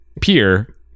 peer